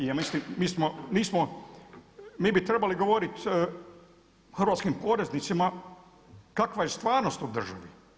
I mi smo, mi bi trebali govoriti hrvatskim poreznicima kakva je stvarnost u državi.